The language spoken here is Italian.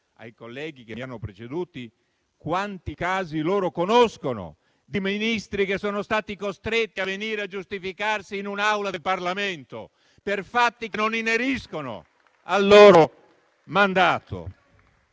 ai colleghi che mi hanno preceduto quanti casi conoscono di Ministri che sono stati costretti a venire a giustificarsi in un'Aula del Parlamento per fatti che non ineriscono al loro mandato.